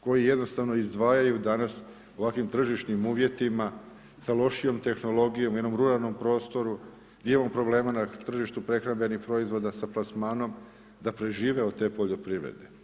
Koji jednostavno izdvajaju danas ovakvim tržišnim uvjetima, sa lošijom tehnologijom u jednom ruralnom prostoru gdje imamo problema na tržištu prehrambenih proizvoda sa plasmanom, da prežive od te poljoprivrede.